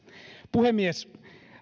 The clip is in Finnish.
puhemies